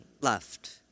left